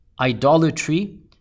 idolatry